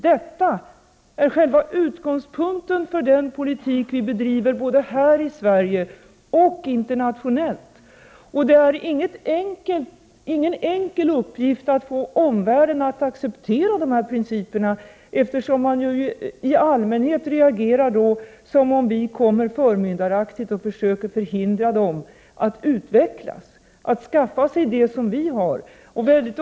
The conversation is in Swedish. Detta är själva utgångspunkten för den politik vi bedriver både här i Sverige och internationellt. Det är ingen enkel uppgift att få omvärlden att acceptera de här principerna, eftersom man då i allmänhet reagerar som om vi kommer och förmyndaraktigt försöker hindra dem att utvecklas, att skaffa sig det som vi har.